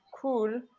cool